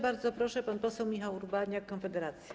Bardzo proszę, pan poseł Michał Urbaniak, Konfederacja.